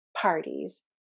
parties